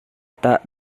tak